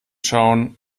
schauen